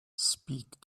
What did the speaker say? speak